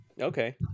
Okay